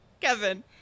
kevin